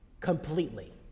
completely